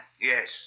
Yes